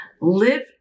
Live